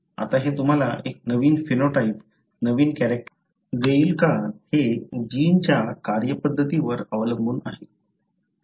आता हे तुम्हाला एक नवीन फेनोटाइप नवीन कॅरेक्टर देईल का हे जीनच्या कार्यपद्धतीवर अवलंबून आहे